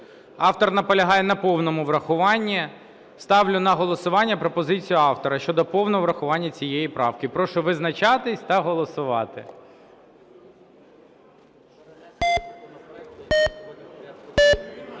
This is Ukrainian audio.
Автор наполягає на повному врахуванні. Ставлю на голосування пропозицію автора щодо повного врахування цієї правки. Прошу визначатись та голосувати.